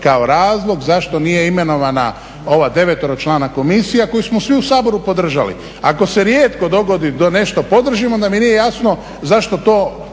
kao razlog zašto nije imenovana ova deveteročlana komisija koju smo svi u Saboru podržali. Ako se rijetko dogodi da nešto podržimo, onda mi nije jasno zašto to